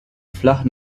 flach